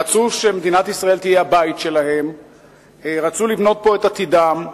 רצו שמדינת ישראל תהיה הבית שלהם ורצו לבנות פה את עתידם.